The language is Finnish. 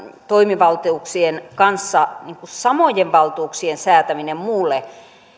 toimivaltuuksien kanssa samojen valtuuksien säätäminen muulle